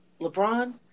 LeBron